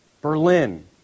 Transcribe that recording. Berlin